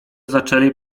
zaczęli